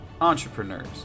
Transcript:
entrepreneurs